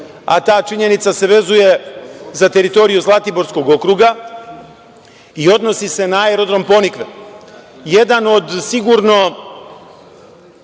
a ta činjenica se vezuje za teritoriju Zlatiborskog okruga i odnosi se na Aerodrom „Ponikve“.